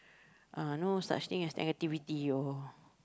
uh no such thing as negativity or